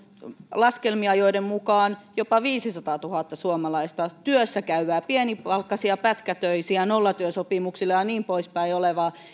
laskelmia joiden mukaan jopa viisisataatuhatta suomalaista työssä käyvää pienipalkkaisia pätkätyöläisiä nollatyösopimuksilla olevia ja niin poispäin